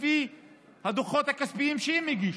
לפי הדוחות הכספיים שהם הגישו,